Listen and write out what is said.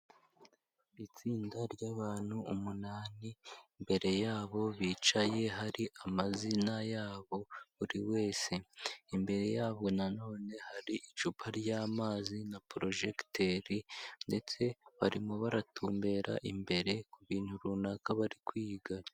Itsinda ry'abantu umunani imbere yabo bicaye hari amazina yabo buri wese ,imbere yabo nanone hari icupa ry'amazi na projegiteri ndetse barimo baratumbera imbere ku bintu runaka bari kwiga.